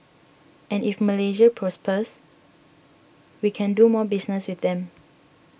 and if Malaysia prospers we can do more business with them